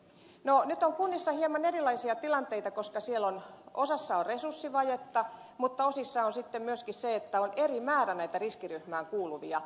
nyt on kunnissa hieman erilaisia tilanteita koska osassa on resurssivajetta mutta osissa kuntia on myöskin eri määrä näitä riskiryhmään kuuluvia